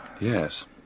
Yes